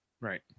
Right